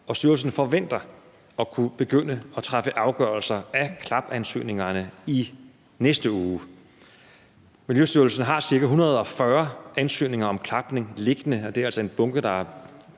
og styrelsen forventer at kunne begynde at træffe afgørelser i klapansøgningerne i næste uge. Miljøstyrelsen har cirka 140 ansøgninger om klapning liggende, og det er altså en bunke, der har